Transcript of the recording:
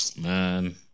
Man